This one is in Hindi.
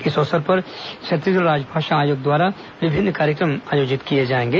इस अवसर पर छत्तीसगढ़ राजभाषा आयोग द्वारा विभिन्न कार्यक्रम किए जाएंगे